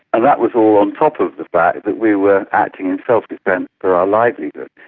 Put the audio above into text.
that was all on top of the fact that we were acting in self defence for our livelihood.